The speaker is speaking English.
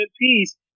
piece